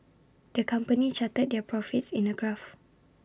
the company charted their profits in A graph